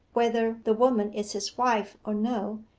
whether the woman is his wife or no,